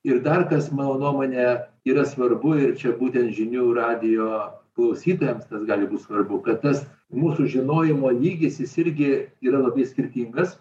ir dar kas mano nuomone yra svarbu ir čia būtent žinių radijo klausytojams tas gali būti svarbu kad tas mūsų žinojimo lygis irgi yra labai skirtingas